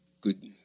good